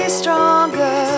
stronger